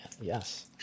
Yes